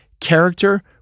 character